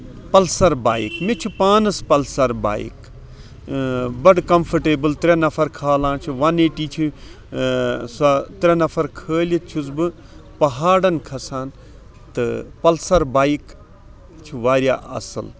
Pulsar bike مےٚ چھِ پانَس پَلسر بایِک بَڑٕ کَمفٲٹیبٕل ترٛےٚ نَفر کھلان چھِ وَن ایٹی چھِ سۄ ترٛےٚ نَفر کھٲلِتھ چھُس بہٕ پَہاڑن کھسان تہٕ پَلسر بایِک چھِ واریاہ اَصٕل